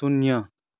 शून्य